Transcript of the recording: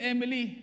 Emily